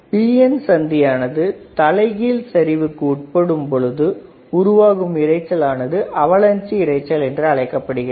PN சந்தி ஆனது தலைகீழ் சரிவுக்கு உட்படும் பொழுது உருவாகும் இரைச்சல் ஆனது அவலாஞ்சி இரைச்சல் என்று அழைக்கப்படுகிறது